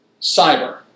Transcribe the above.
cyber